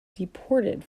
deported